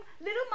little